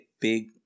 big